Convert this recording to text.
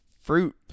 fruit